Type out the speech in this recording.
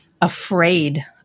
afraid